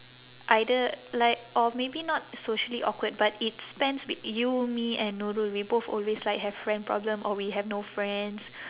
either like or maybe not socially awkward but it spans w~ you me and nurul we both always like have friend problem or we have no friends